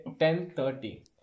10.30